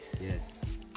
Yes